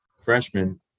freshman